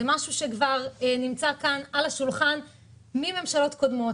זה משהו שכבר נמצא כאן על השולחן מממשלות קודמות.